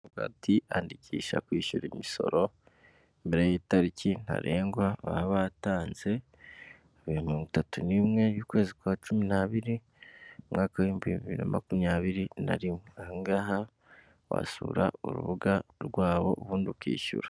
Baravuga ati, andikisha kwishyura imisoro, imbere y'itariki ntarengwa baba batanze, iya mirongo itatu n'imwe y'ukwezi kwa cumi n'abiri, umwaka w'ibihumbi bibiri na makumyabiri na rimwe. Aha ngaha wasura urubuga rwabo ubundi ukishyura.